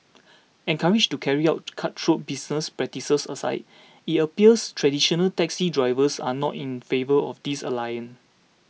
encouraged to carry out cutthroat business practices aside it appears traditional taxi drivers are not in favour of this alliance